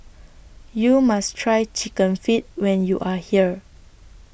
YOU must Try Chicken Feet when YOU Are here